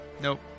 Nope